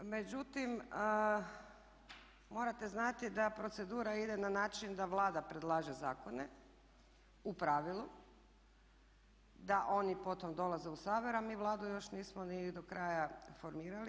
Međutim, morate znati da procedura ide na način da Vlada predlaže zakone, u pravilu, da oni potom dolaze u Sabor a mi Vladu još nismo ni do kraja formirali.